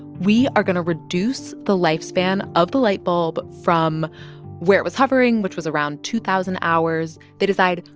we are going to reduce the lifespan of the light bulb from where it was hovering, which was around two thousand hours. they decide,